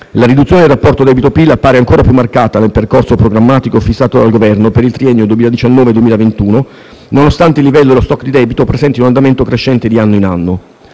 La riduzione del rapporto debito-PIL appare ancora più marcata nel percorso programmatico fissato dal Governo per il triennio 2019-2021, nonostante il livello dello *stock* di debito presenti un andamento crescente di anno in anno.